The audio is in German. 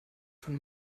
von